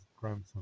grandson